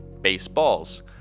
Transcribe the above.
Baseballs